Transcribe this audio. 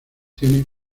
tiene